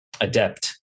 adept